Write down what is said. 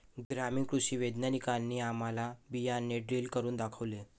ग्रामीण कृषी वैज्ञानिकांनी आम्हाला बियाणे ड्रिल करून दाखवले